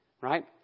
Right